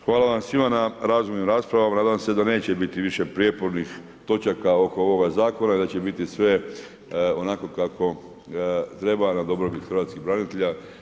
Hvala vam svima na razmjernim raspravama, nadam se da neće biti više prijepornih točaka oko ovoga zakona i da će biti sve onako kako treba na dobrobit hrvatskih branitelja.